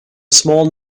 small